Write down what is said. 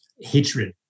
hatred